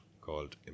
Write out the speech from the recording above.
called